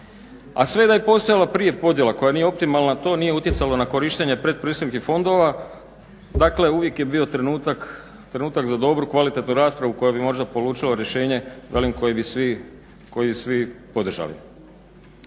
A sve da je postojala prije podjela koja nije optimalna, to nije utjecalo na korištenje pretpristupnih fondova, dakle uvijek je bio trenutak za dobru, kvalitetnu raspravu koja bi možda polučila rješenje velim koje bi svi podržali.